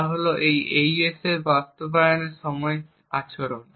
তা হল এই AES বাস্তবায়নের সময় আচরণ